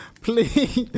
please